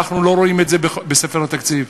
אנחנו לא רואים את זה בספר התקציב.